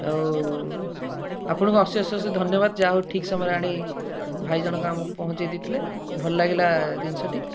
ଆଉ ଆପଣଙ୍କୁ ଅଶେଷ ଅଶେଷ ଧନ୍ୟବାଦ ଯାହା ହେଉ ଠିକ ସମୟରେ ଆଣି ଭାଇ ଜଣକ ଆମକୁ ପହଞ୍ଚାଇ ଦେଇଥିଲେ ଭଲ ଲାଗିଲା ଜିନିଷଟି